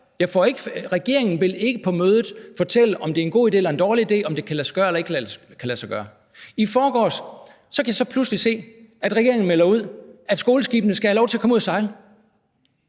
Regeringen vil ikke på mødet fortælle, om det er en god idé eller en dårlig idé, om det kan lade sig gøre eller ikke kan lade sig gøre. I forgårs kan jeg pludselig se, at regeringen melder ud, at skoleskibene skal have lov til at komme ud at sejle.